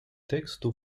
тексту